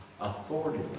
Authority